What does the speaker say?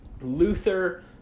luther